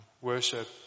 worship